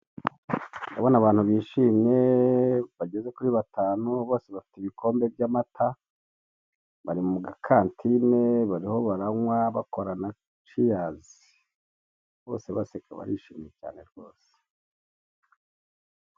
Ndabona abantu bishimye bageze kuri batanu, bose bafite ibikombe by'amata, bari mu gakatine bariho baranywa bakora na ciyazi, bose baseka barishimye cyane rwose.